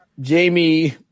Jamie